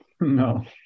No